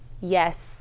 Yes